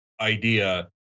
idea